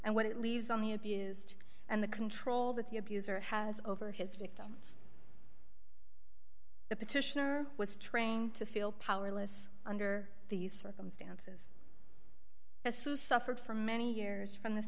and what it leaves on the abused and the control that the abuser has over his victim the petitioner was trying to feel powerless under these circumstance suffered for many years from this